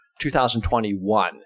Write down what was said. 2021